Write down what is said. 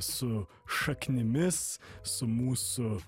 su šaknimis su mūsų